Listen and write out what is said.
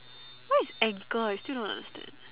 what is anchor I still don't understand